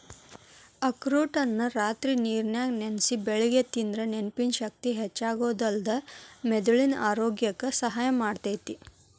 ಅಖ್ರೋಟನ್ನ ರಾತ್ರಿ ನೇರನ್ಯಾಗ ನೆನಸಿ ಬೆಳಿಗ್ಗೆ ತಿಂದ್ರ ನೆನಪಿನ ಶಕ್ತಿ ಹೆಚ್ಚಾಗೋದಲ್ದ ಮೆದುಳಿನ ಆರೋಗ್ಯಕ್ಕ ಸಹಾಯ ಮಾಡ್ತೇತಿ